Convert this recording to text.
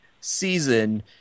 season